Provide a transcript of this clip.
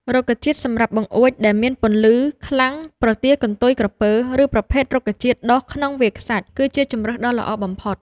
រុក្ខជាតិសម្រាប់បង្អួចដែលមានពន្លឺខ្លាំង ប្រទាលកន្ទុយក្រពើ ឬ ប្រភេទរុក្ខជាតិដុះក្នុងវាលខ្សាច់គឺជាជម្រើសដ៏ល្អបំផុត។